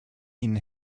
ihnen